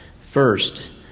First